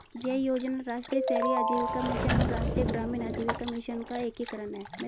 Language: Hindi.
यह योजना राष्ट्रीय शहरी आजीविका मिशन और राष्ट्रीय ग्रामीण आजीविका मिशन का एकीकरण है